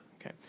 Okay